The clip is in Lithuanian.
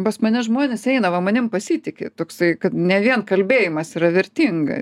pas mane žmonės eina va manim pasitiki toksai kad ne vien kalbėjimas yra vertinga